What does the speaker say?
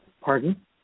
Pardon